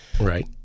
Right